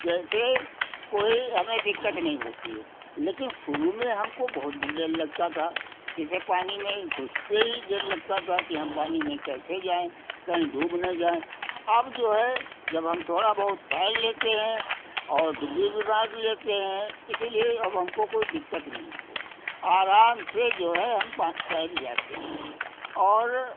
जैसे कोई हमें दिक्कत नहीं होती है लेकिन शुरू में हमको बहुत ही डर लगता था जैसे पानी में घुसते ही डेर लगता था कि हम पानी में कैसे जाएँ कहीं डूब ना जाएँ अब जो है जब हम थोड़ा बहुत तैर लेते हैं और डुब्बी भी मार लेते हैं इसीलिए अब हमको कोई दिक्कत नहीं है आराम से जो है हम तैर जाते हैं और